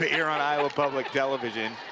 here on iowa public television.